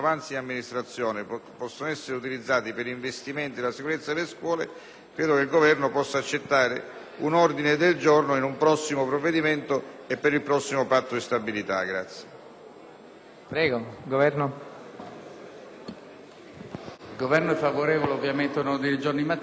un ordine del giorno per un prossimo provvedimento e per il prossimo Patto di stabilita.